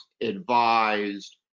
advised